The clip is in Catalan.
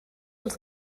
els